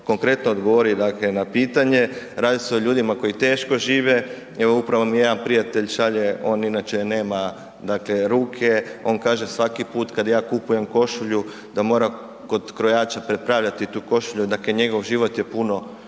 konkretno odgovori dakle na pitanje. Radi se o ljudima koji teško žive, evo upravo mi jedan prijatelj šalje, on inače nema dakle ruke, on kaže svaki put kad ja kupujem košulju da mora kod krojača prepravljati tu košulju, dakle njegov život je puno